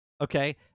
Okay